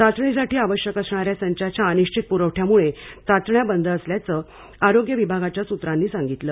चाचणीसाठी आवश्यक असणाऱ्या संचाच्या अनिश्चित पुरवठ्यामुळे चाचण्या बंद असल्याचं आरोग्य विभागाच्या सुत्रांनी सांगितले